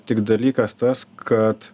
tik dalykas tas kad